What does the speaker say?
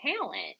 talent